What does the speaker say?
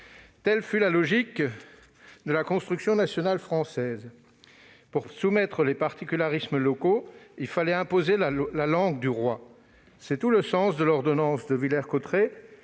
Telle fut la logique de la construction nationale française : pour soumettre les particularismes locaux, il fallait imposer la langue du roi. C'est tout le sens de l'ordonnance de Villers-Cotterêts